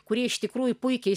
kurie iš tikrųjų puikiai